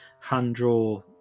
hand-draw